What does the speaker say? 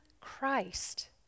Christ